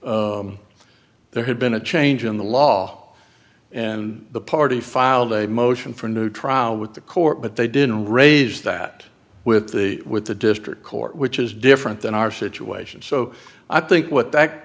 case there had been a change in the law and the party filed a motion for a new trial with the court but they didn't raise that with the with the district court which is different than our situation so i think what that